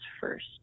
first